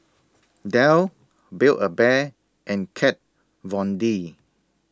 Dell Build A Bear and Kat Von D